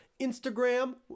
Instagram